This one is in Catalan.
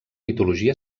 mitologia